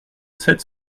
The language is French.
sept